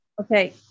Okay